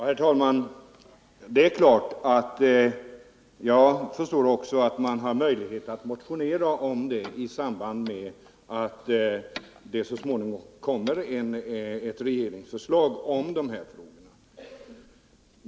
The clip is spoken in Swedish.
Herr talman! Jag förstår också att man har möjlighet att motionera i samband med att det så småningom kommer ett regeringsförslag om dessa frågor.